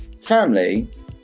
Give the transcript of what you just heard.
family